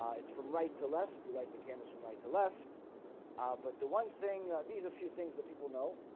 it's from right to left you light the candles from right to left but the one thing these are few things that people know